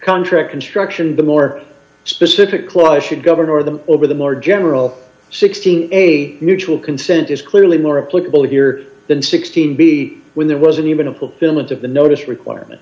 contract construction the more specific law should govern or the over the more general sixteen a mutual consent is clearly more a political year than sixteen b when there wasn't even a fulfillment of the notice requirement